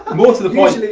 more to the point,